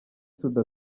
soudy